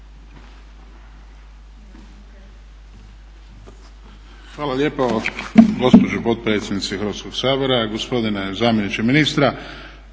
Hvala lijepo gospođo potpredsjednice Hrvatskog sabora, gospodine zamjeniče ministra.